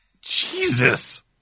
Jesus